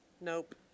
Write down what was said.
Nope